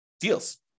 deals